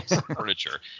furniture